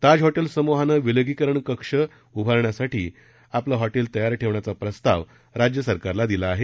ताज hotels समूहानं विलगीकरण कक्ष उभारण्यासाठी आपले हॉटेल तयार ठेवण्याची प्रस्ताव राज्य सरकारला दिला आहे